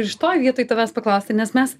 šitoj vietoj tavęs paklausti nes mes